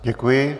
Děkuji.